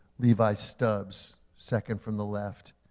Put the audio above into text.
levi stubbs, second from the left,